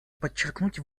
подчеркнуть